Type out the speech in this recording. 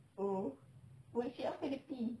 oh worksheet apa dia pee